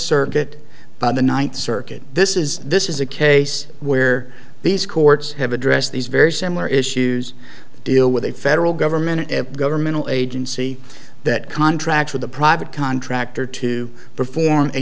circuit by the ninth circuit this is this is a case where these courts have addressed these very similar issues to deal with a federal government governmental agency that contracts with a private contractor to perform a